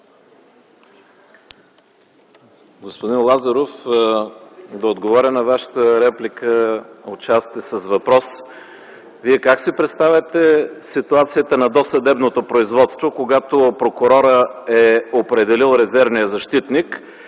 Господин Лазаров, да отговоря на Вашата реплика отчасти с въпрос: Вие как си представяте ситуацията на досъдебното производство, когато прокурорът е определил резервния защитник,